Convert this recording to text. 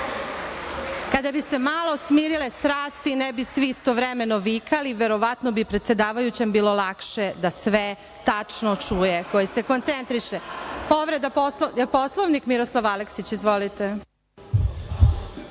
Kada bi se malo smirile strasti, ne bi svi istovremeno vikali, verovatno bi predsedavajućem bilo lakše da sve tačno čuje, koji se koncentriše. Povreda Poslovnika, Miroslav Aleksić. Izvolite.